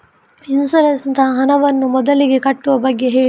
insurance ನ ಹಣವನ್ನು ಮೊದಲಿಗೆ ಕಟ್ಟುವ ಬಗ್ಗೆ ಹೇಳಿ